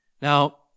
Now